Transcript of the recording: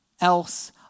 else